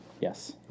Yes